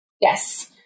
Yes